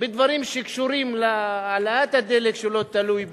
בדברים שקשורים להעלאת מחיר הדלק שלא תלויה בנו,